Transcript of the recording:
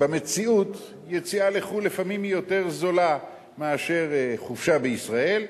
במציאות יציאה לחו"ל לפעמים היא יותר זולה מאשר חופשה בישראל,